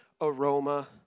aroma